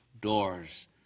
doors